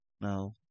No